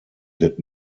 did